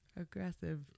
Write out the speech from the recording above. Aggressive